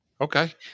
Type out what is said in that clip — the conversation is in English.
Okay